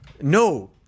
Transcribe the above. No